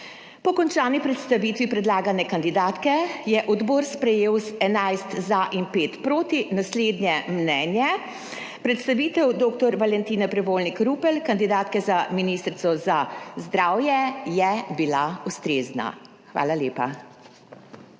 Po končani predstavitvi predlagane kandidatke je odbor sprejel z 11 za in 5 proti naslednje mnenje, predstavitev dr. Valentine Prevolnik Rupel, kandidatke za ministrico za zdravje je bila ustrezna. Hvala lepa.